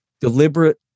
deliberate